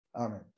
amen